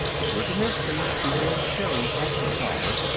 it was a mystery peter and sherri had to solve.